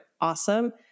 Awesome